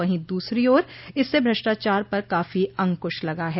वहीं दूसरी ओर इससे भ्रष्टाचार पर काफी अंकुश लगा है